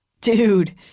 Dude